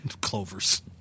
clovers